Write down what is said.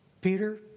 Peter